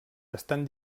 estan